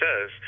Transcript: says